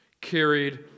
carried